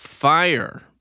Fire